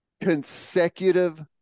consecutive